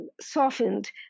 softened